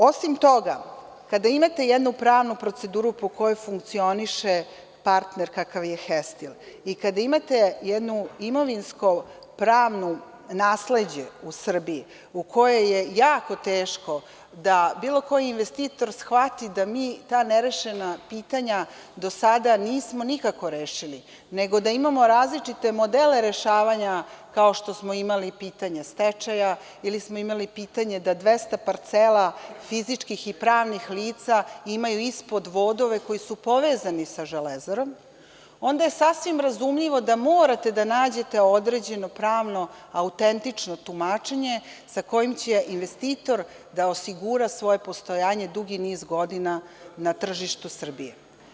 Osim toga, kada imate jednu pravnu proceduru po kojoj funkcioniše partner kakav je „Hestil“ i kada imate jedno imovinsko-pravno nasleđe u Srbiji u kojem je jako teško da bilo koji investitor shvati da mi ta nerešena pitanja do sada nismo nikako rešili, nego da imamo različite modele rešavanja, kao što smo imali pitanje stečaja ili smo imali pitanje da 200 parcela fizičkih i pravnih lica imaju ispod vodove koji su povezani sa „Železarom“, onda je sasvim razumljivo da morate da nađete određeno pravno autentično tumačenje sa kojim će investitor da osigura svoje postojanje dugi niz godina na tržištu Srbije.